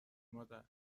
مادر